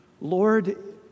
Lord